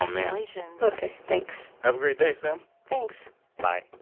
congratulations ok, thanks have a great day, sam thanks bye